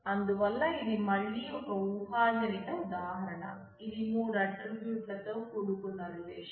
అందువల్ల ఇది మళ్లీ ఒక ఊహాజనిత ఉదాహరణ ఇది మూడు ఆట్రిబ్యూట్లతో కూడుకున్న రిలేషన్